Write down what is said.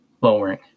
lowering